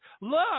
Look